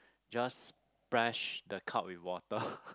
just splash the cup with water